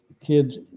kids